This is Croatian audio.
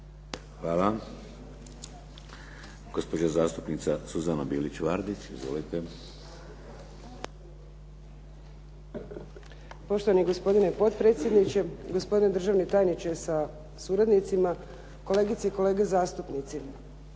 Hvala. Gospođa zastupnica Suzana Bilić Vardić. Izvolite. **Bilić Vardić, Suzana (HDZ)** Poštovani gospodine potpredsjedniče, gospodine državni tajniče sa suradnicima, kolegice i kolege zastupnici.